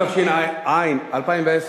התש"ע 2010,